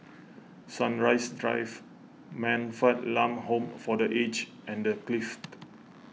Sunrise Drive Man Fatt Lam Home for Aged and the Clift